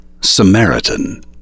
Samaritan